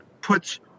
puts